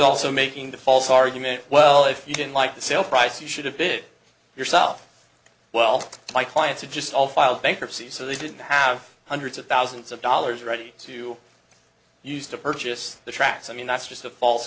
also making the false argument well if you didn't like the sale price you should have been it yourself well my clients are just all file bankruptcy so they didn't have hundreds of thousands of dollars ready to use to purchase the tracks i mean that's just a false